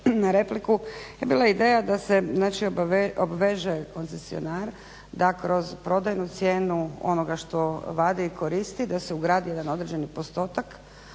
na repliku, je bila ideja da se znači obveže koncesionar da kroz prodajnu cijenu onoga što vadi i koristi, da se ugradi jedan određeni postotak